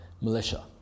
militia